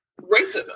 racism